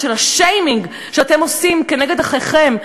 של השיימינג שאתם עושים כנגד אחיכם,